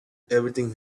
everything